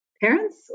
parents